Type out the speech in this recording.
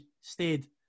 stayed